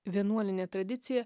vienuolinė tradicija